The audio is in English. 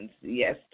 yes